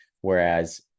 Whereas